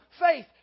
faith